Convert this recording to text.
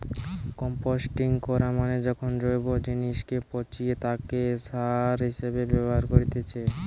composting করা মানে যখন জৈব জিনিসকে পচিয়ে তাকে সার হিসেবে ব্যবহার করেতিছে